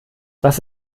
was